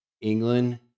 England